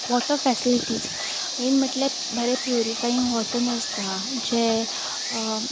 water facilities मेन म्हटल्यार बरें प्योरीफायींग वॉटर नासता जें